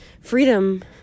freedom